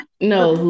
No